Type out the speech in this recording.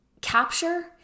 capture